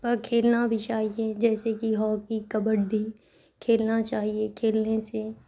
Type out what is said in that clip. پر کھیلنا بھی چاہیے جیسے کہ ہاکی کبڈی کھیلنا چاہیے کھیلنے سے